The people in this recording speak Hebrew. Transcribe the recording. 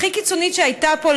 הכי קיצונית שהייתה פה,